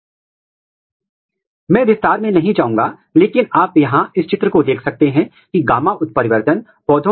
signal visualisation आप अलग अलग तरीके से कर सकते हैं जो आप वास्तव में अलग अलग डाई से एक साथ स्टैन कर सकते हैं